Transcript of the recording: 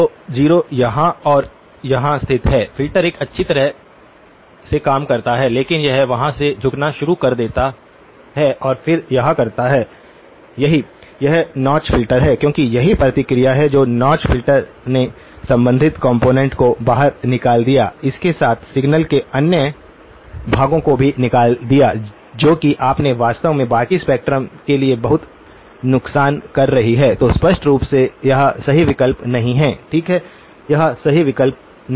तो 0 यहाँ और यहाँ स्थित है फ़िल्टर एक अच्छी तरह से काम करता है लेकिन यह वहाँ से झुकना शुरू कर देता है और फिर यह करता है सही यह नौच फ़िल्टर है क्योंकि यही प्रतिक्रिया है तो नौच फ़िल्टर ने संबंधित कॉम्पोनेन्ट को बाहर निकाल दिया इसके साथ सिग्नल के अन्य भागों को भी निकाल दिया जो कि आपने वास्तव में बाकी स्पेक्ट्रम के लिए बहुत नुकसान कर रही है तो स्पष्ट रूप से यह सही विकल्प नहीं है ठीक है यह सही विकल्प नहीं है